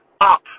up